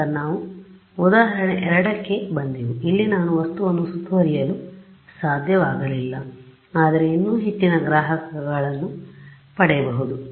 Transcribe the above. ನಂತರ ನಾವು ಉದಾಹರಣೆ 2 ಕ್ಕೆ ಬಂದೆವು ಅಲ್ಲಿ ನಾನು ವಸ್ತುವನ್ನು ಸುತ್ತುವರಿಯಲು ಸಾಧ್ಯವಾಗಲಿಲ್ಲ ಆದರೆ ಇನ್ನೂ ಹೆಚ್ಚಿನ ಗ್ರಾಹಕಗಳನ್ನು ಪಡೆಯಬಹುದು